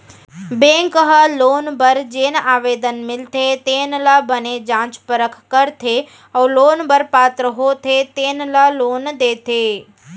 bank ह loan बर जेन आवेदन मिलथे तेन ल बने जाँच परख करथे अउ लोन बर पात्र होथे तेन ल लोन देथे